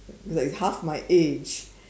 like half my age